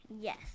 Yes